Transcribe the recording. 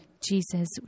Jesus